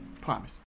promise